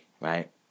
right